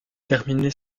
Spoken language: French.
terminé